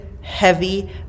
heavy